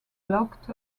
looked